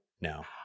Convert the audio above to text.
No